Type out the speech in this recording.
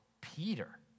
Peter